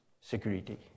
security